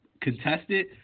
contested